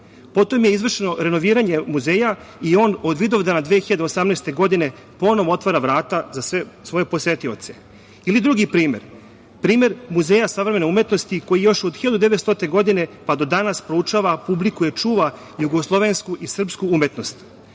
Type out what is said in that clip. Potom je izvršeno renoviranje muzeja i on od Vidovdana 2018. godine ponovo otvara vrata za sve svoje posetioce. Drugi primer, primer Muzeja savremene umetnosti koji još od 1900. godine, pa do danas proučava, publikuje, čuva jugoslovensku i srpsku umetnost.